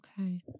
Okay